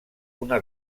una